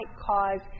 cause